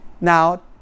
Now